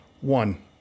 One